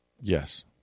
Yes